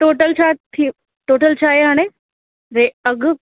total छा थियो total छा आहे हाणे वे अघि